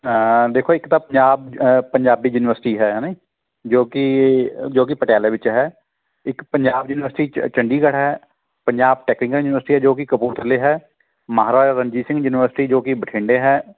ਦੇਖੋ ਇੱਕ ਤਾਂ ਪੰਜਾਬ ਅ ਪੰਜਾਬੀ ਯੂਨੀਵਰਸਿਟੀ ਹੈ ਹੈ ਨਾ ਜੋ ਕਿ ਜੋ ਕਿ ਪਟਿਆਲਾ ਵਿੱਚ ਹੈ ਇੱਕ ਪੰਜਾਬ ਯੂਨੀਵਰਸਿਟੀ ਚੰਡੀਗੜ੍ਹ ਹੈ ਪੰਜਾਬ ਟੈਕਨੀਕਲ ਯੂਨੀਵਰਸਿਟੀ ਜੋ ਕਿ ਕਪੂਰਥਲੇ ਹੈ ਮਹਾਰਾਜਾ ਰਣਜੀਤ ਸਿੰਘ ਯੂਨੀਵਰਸਿਟੀ ਜੋ ਕਿ ਬਠਿੰਡੇ ਹੈ